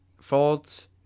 faults